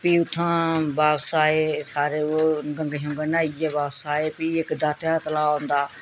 फ्ही उत्थुआं बापस आए सारे ओह् गंगा शंगा न्हाइयै बापस आए फ्ही इक दाते दा तलाऽ